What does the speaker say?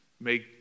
make